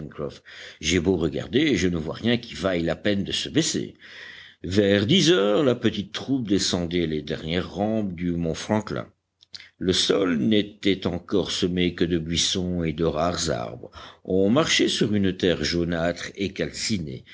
j'ai beau regarder je ne vois rien qui vaille la peine de se baisser vers dix heures la petite troupe descendait les dernières rampes du mont franklin le sol n'était encore semé que de buissons et de rares arbres on marchait sur une terre jaunâtre et calcinée